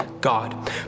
God